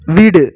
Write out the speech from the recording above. வீடு